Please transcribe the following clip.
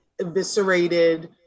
eviscerated